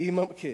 כן.